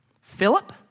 Philip